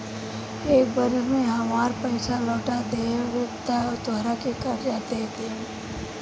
एक बरिस में हामार पइसा लौटा देबऽ त तोहरा के कर्जा दे देम